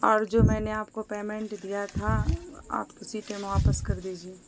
اور جو میں نے آپ کو پیمینٹ دیا تھا آپ اسی ٹائم واپس کر دیجیے